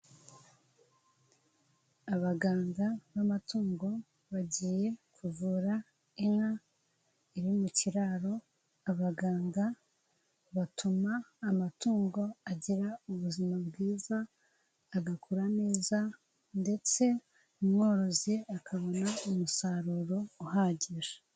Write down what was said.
Abaganga n'amatungo bagiye kuvura inka iri mu kiraro, abaganga batuma amatungo agira ubuzima bwiza agakura neza ndetse umworozi akabona umusaruro uhagije.